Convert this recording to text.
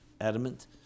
adamant